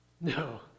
No